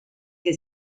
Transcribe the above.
que